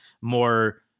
more